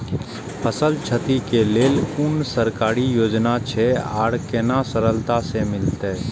फसल छति के लेल कुन सरकारी योजना छै आर केना सरलता से मिलते?